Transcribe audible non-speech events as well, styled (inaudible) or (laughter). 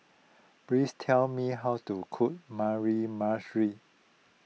please tell me how to cook (unintelligible)